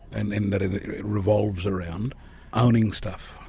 and and that it revolves around owning stuff.